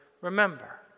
remember